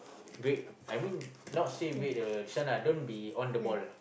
wait I mean not say wait the this one ah don't be on the ball